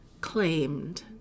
claimed